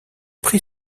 prix